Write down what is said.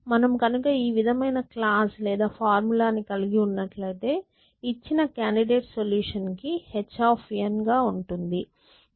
మనము కనుక ఈ విధమైన క్లాజ్ లేదా ఫార్ములాని కలిగి ఉన్నట్లైతే ఇచ్చిన కాండిడేట్ సొల్యూషన్ కి h ఉంటుంది